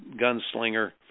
gunslinger